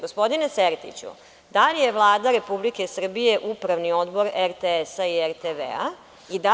Gospodine Sertiću, da li je Vlada Republike Srbije upravni odbor RTS-a i RTV-a?